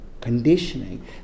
conditioning